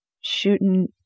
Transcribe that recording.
shooting